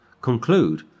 conclude